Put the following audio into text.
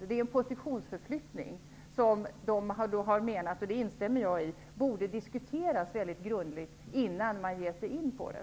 Det är en positionsförflyttning, som de menar, och det instämmer jag i, borde ha diskuterats mycket grundligt innan man ger sig in på den.